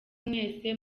mwese